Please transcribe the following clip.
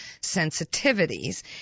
sensitivities